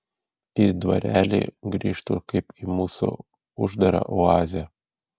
į dvarelį grįžtu kaip į mūsų uždarą oazę